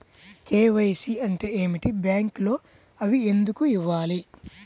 KYC అంటే ఏమిటి? బ్యాంకులో అవి ఎందుకు ఇవ్వాలి?